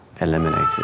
eliminated